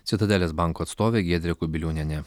citadelės banko atstovė giedrė kubiliūnienė